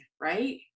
right